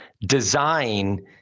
design